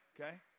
Okay